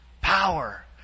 Power